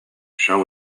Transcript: shall